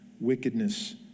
wickedness